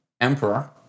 Emperor